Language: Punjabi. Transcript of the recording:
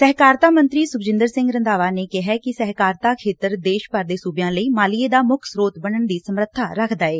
ਸਹਿਕਾਰਤਾ ਮੰਤਰੀ ਸੁਖਜੰਦਰ ਸਿੰਘ ਰੰਧਾਵਾ ਨੇ ਕਿਹੈ ਕਿ ਸਹਿਕਾਰਤਾ ਖੇਤਰ ਦੇਸ਼ ਭਰ ਦੇ ਸੁਬਿਆਂ ਲਈ ਮਾਲੀਏ ਦਾ ਮੁੱਖ ਸ੍ਹੋਤ ਬਣਨ ਦੀ ਸਮਰਥਾ ਰਖਦਾ ਏ